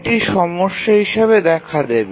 এটি সমস্যা হিসাবে দেখা দেবে